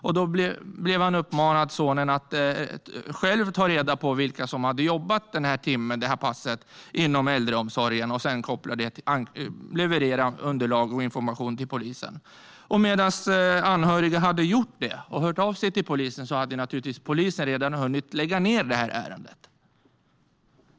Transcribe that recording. Sonen blev då uppmanad att själv ta reda på vilka inom äldreomsorgen som hade jobbat under den timme eller det pass det gällde och sedan leverera underlag och information till polisen. Medan anhöriga gjorde detta och sedan hörde av sig till polisen hade den naturligtvis redan hunnit lägga ned ärendet.